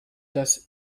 das